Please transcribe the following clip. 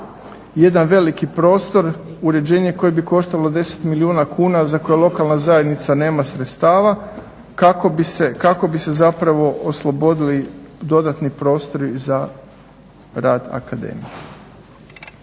Jedan veliki prostor, uređenje koje bi koštalo 10 milijuna kuna, a za koje lokalna zajednica nema sredstava kako bi se zapravo oslobodili dodatni prostori za rad akademije.